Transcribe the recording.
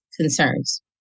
concerns